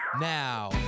now